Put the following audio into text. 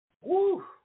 woo